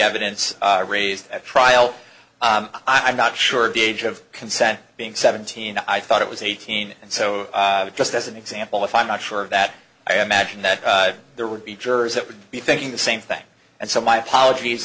evidence raised at trial i'm not sure of the age of consent being seventeen i thought it was eighteen so just as an example if i'm not sure of that i imagine that there would be jurors that would be thinking the same thing and so my apologies